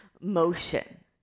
motion